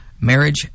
marriage